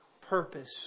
purpose